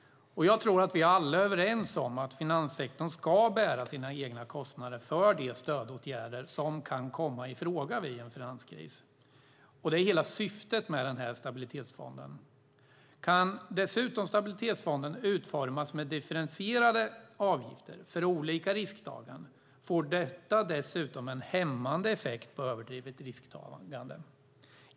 Jag tror att vi alla är överens om att finanssektorn ska bära sina egna kostnader för de stödåtgärder som kan komma i fråga vid en finanskris. Det är hela syftet med Stabilitetsfonden. Kan dessutom Stabilitetsfonden utformas med differentierade avgifter för olika risktagande får det en hämmande effekt på överdrivet risktagande.